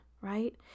right